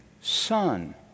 son